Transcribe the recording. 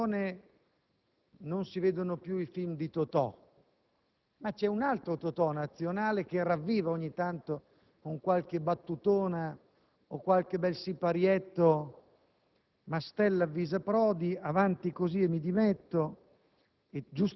discussione. Purtroppo in televisione non si vedono più i film di Totò; ma è un altro Totò nazionale che ravviva ogni tanto la scena con qualche battuta o qualche bel siparietto: